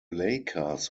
lakers